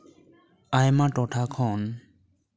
ᱟᱭᱢᱟ ᱴᱚᱴᱷᱟ ᱠᱷᱚᱱ